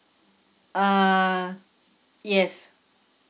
uh yes